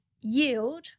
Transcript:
yield